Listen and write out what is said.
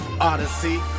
Odyssey